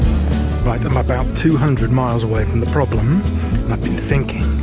like um about two hundred miles away from the problem and i've been thinking